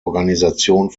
organisation